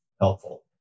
helpful